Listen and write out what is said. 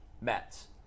Mets